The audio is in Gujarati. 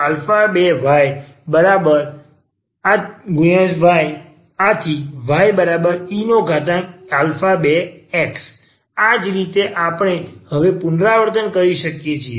⟹dydx2y⟹ye2x આ જ રીતે આપણે હવે પુનરાવર્તન કરી શકીએ છીએ